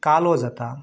कालो जाता